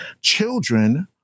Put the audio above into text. children